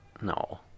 No